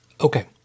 Okay